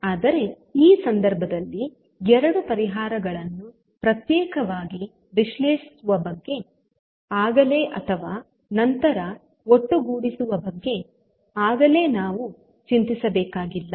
ಆದರೆ ಈ ಸಂದರ್ಭದಲ್ಲಿ ಎರಡು ಪರಿಹಾರಗಳನ್ನು ಪ್ರತ್ಯೇಕವಾಗಿ ವಿಶ್ಲೇಷಿಸುವ ಬಗ್ಗೆ ಆಗಲೀ ಅಥವಾ ನಂತರ ಒಟ್ಟುಗೂಡಿಸುವ ಬಗ್ಗೆ ಆಗಲೀ ನಾವು ಚಿಂತಿಸಬೇಕಾಗಿಲ್ಲ